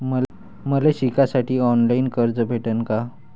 मले शिकासाठी ऑफलाईन कर्ज भेटन का?